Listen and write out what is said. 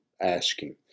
asking